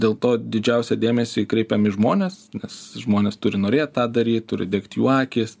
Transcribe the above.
dėl to didžiausią dėmesį kreipiam į žmones nes žmonės turi norėt tą daryti turi degt jų akys